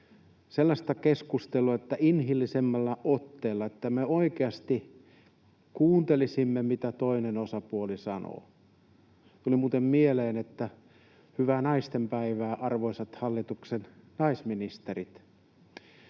sellaista keskustelua inhimillisemmällä otteella, että me oikeasti kuuntelisimme, mitä toinen osapuoli sanoo. — Tuli muuten mieleen, että hyvää naistenpäivää, arvoisat hallituksen naisministerit!